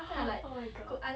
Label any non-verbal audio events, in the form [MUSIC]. [NOISE] oh my god